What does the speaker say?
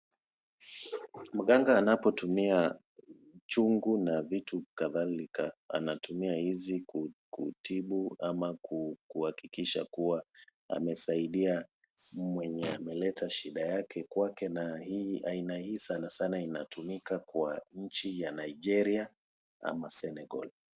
Mganga anapotumia chungu na vitu kadhalika, anatumia hizi kutibu ama kuhakikisha kuwa amesaidia mwenye ameleta shida yake kwake na aina hii sana sana inatumika kwa nchi ya Nigeria ama Senegal.